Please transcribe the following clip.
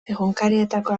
egunkarietako